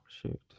shoot